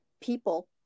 people